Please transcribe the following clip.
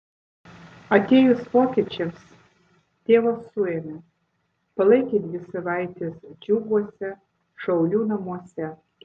atėjus vokiečiams tėvą suėmė palaikė dvi savaites džiuguose šaulių namuose